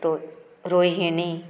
Rohini